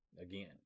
again